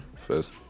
first